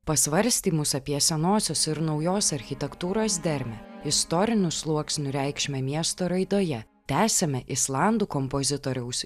pasvarstymus apie senosios ir naujos architektūros dermę istorinių sluoksnių reikšmę miesto raidoje tęsiame islandų kompozitoriaus